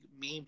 meme